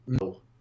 No